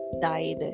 died